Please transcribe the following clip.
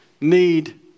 need